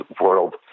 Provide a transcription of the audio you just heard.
world